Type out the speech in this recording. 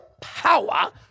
power